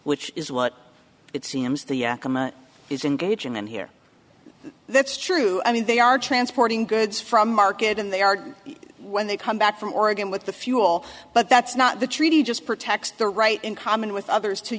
which is what it seems the comma is engaging in here that's true i mean they are transporting goods from market and they are when they come back from oregon with the fuel but that's not the treaty just protects the right in common with others to